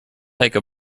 take